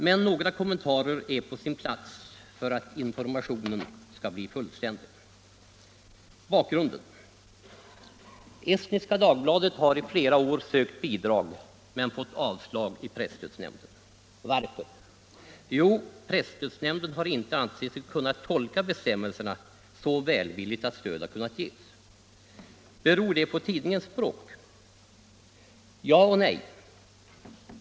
Men några kommentarer är på sin plats för att informationen skall bli fullständig. Estniska Dagbladet har under flera år sökt bidrag men fått avslag i presstödsnämnden. Varför? Jo. Presstödsnämnden har inte ansett sig kunna tolka bestämmelserna så välvilligt att stöd har kunnat ges. Beror det på tidningens språk? Ja och nej.